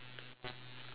then blue